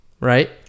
right